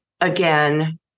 again